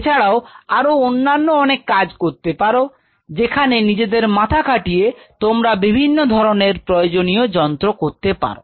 এছাড়াও আরো অন্যান্য অনেক কাজ করতে পারো যেখানে নিজের মাথা খাটিয়ে তোমরা বিভিন্ন ধরনের প্রয়োজনীয় যন্ত্র করতে পারো